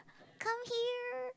come here